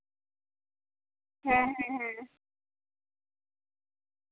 ᱦᱮᱸ ᱦᱮᱸ ᱦᱮᱸ